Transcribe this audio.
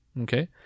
Okay